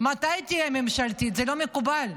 מתי תהיה ממשלתית, זה לא מקובל,